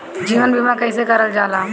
जीवन बीमा कईसे करल जाला?